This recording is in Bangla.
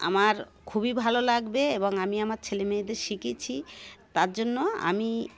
আমার খুবই ভালো লাগবে এবং আমি আমার ছেলে মেয়েদের শিখিয়েছি তার জন্য আমি